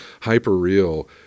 hyper-real